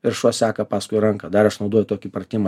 ir šuo seka paskui ranką dar aš naudoju tokį pratimą